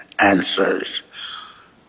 answers